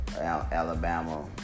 Alabama